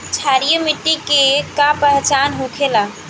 क्षारीय मिट्टी के का पहचान होखेला?